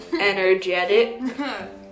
energetic